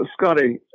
Scotty